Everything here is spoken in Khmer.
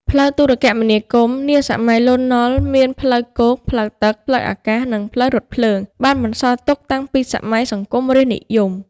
ផ្លូវទូរគមនាគមន៍នាសម័យ លន់ នុល មានផ្លូវគោកផ្លូវទឹក ផ្លូវអាកាស និងផ្លូវរថភ្លើងបានបន្សល់ទុកតាំងពីសម័យ សង្គមរាស្ត្រនិយម។